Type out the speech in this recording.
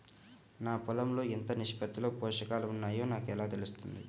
నా పొలం లో ఎంత నిష్పత్తిలో పోషకాలు వున్నాయో నాకు ఎలా తెలుస్తుంది?